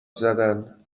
زدن